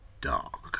dark